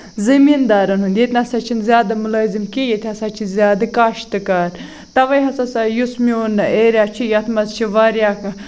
زٔمیٖن دارَن ہُند ییٚتہِ نہ سا چھِ نہٕ زیادٕ مُلٲزِم کہیٖنۍ ییٚتہِ ہسا چھِ زیادٕ کاشتہٕ کار تَوے ہسا یُس میون ایریا چھُ یَتھ منٛز چھِ واریاہ